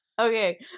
Okay